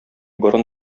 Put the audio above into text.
борын